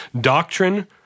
Doctrine